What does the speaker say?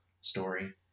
story